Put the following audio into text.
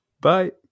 Bye